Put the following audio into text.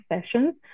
sessions